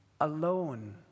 alone